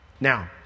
Now